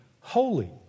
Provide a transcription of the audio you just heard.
holy